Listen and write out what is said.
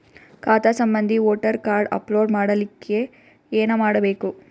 ಖಾತಾ ಸಂಬಂಧಿ voter card upload ಮಾಡಲಿಕ್ಕೆ ಏನ ಮಾಡಬೇಕು?